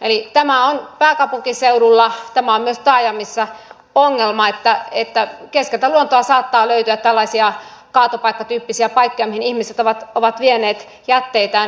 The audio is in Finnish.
eli tämä on pääkaupunkiseudulla tämä on myös taajamissa ongelma että keskeltä luontoa saattaa löytyä tällaisia kaatopaikkatyyppisiä paikkoja mihin ihmiset ovat vieneet jätteitään